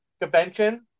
convention